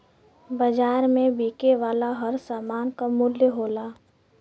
बाज़ार में बिके वाला हर सामान क मूल्य होला